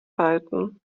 halten